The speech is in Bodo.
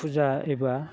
फुजा एबा